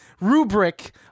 rubric